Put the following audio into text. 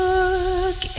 Look